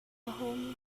home